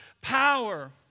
power